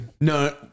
No